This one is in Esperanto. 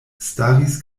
staris